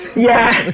yeah!